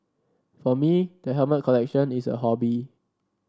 for me the helmet collection is a hobby